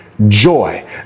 Joy